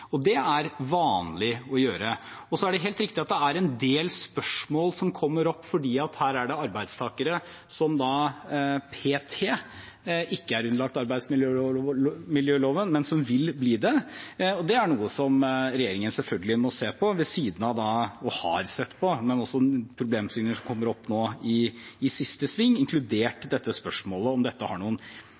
og det er vanlig å gjøre. Det er helt riktig at det er en del spørsmål som kommer opp fordi det her er arbeidstakere som p.t. ikke er underlagt arbeidsmiljøloven, men som vil bli det. Det er noe regjeringen selvfølgelig må se på, og har sett på, også problemstillinger som kommer opp nå i siste sving, inkludert spørsmålet om dette har noen